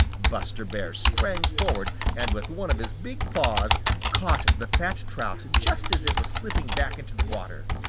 buster bear sprang forward and with one of his big paws caught the fat trout just as it was slipping back into the water.